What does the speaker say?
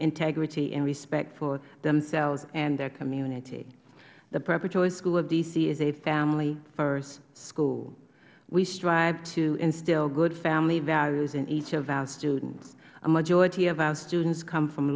integrity and respect for themselves and their community the preparatory school of d c is a family first school we strive to instill good family values in each of our students a majority of our students come from